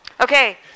Okay